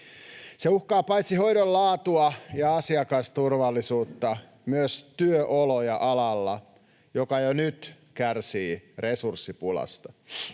Se uhkaa paitsi hoidon laatua ja asiakasturvallisuutta myös työoloja alalla, joka jo nyt kärsii resurssipulasta.